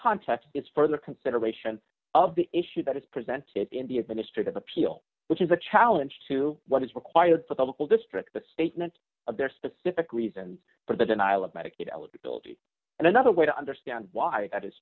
context is further consideration of the issue that is presented in the administrative appeal which is a challenge to what is required for the local district the statement of their specific reasons for the denial of medicaid eligibility and another way to understand why that is